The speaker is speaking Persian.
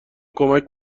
کمک